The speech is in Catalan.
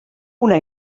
una